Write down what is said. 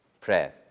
Prayer